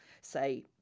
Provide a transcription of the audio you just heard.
say